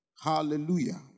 Hallelujah